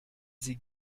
sie